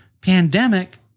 pandemic